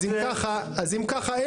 אז אם ככה,